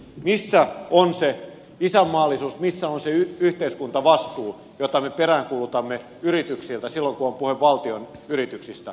missä on se isänmaallisuus missä on se yhteiskuntavastuu jota me peräänkuulutamme yrityksiltä silloin kun on puhe valtion yrityksistä